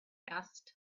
asked